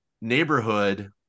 neighborhood